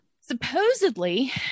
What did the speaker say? Supposedly